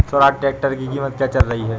Swaraj tractor की कीमत क्या चल रही है?